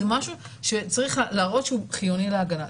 זה משהו שצריך להראות שהוא חיוני להגנה.